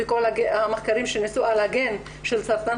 וכל המחקרים שנעשו על הגן של סרטן,